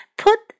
，put